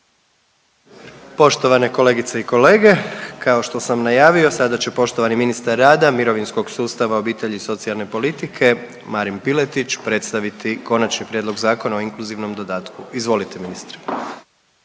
Poštovane kolegice i kolege, kao što sam najavio sada će poštovani ministar rada, mirovinskog sustava, obitelji i socijalne politike Marin Piletić predstaviti Konačni prijedlog zakona o inkluzivnom dodatku. Izvolite ministre.